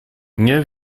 nie